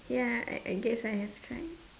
ya I I guess I have tried